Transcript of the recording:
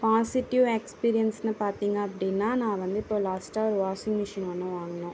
positive எக்ஸ்பீரியன்ஸுன்னு பார்த்திங்க அப்படினா நான் வந்து இப்போது லாஸ்ட்டாக ஒரு வாஷிங் மிஷின் ஒன்று வாங்கினோம்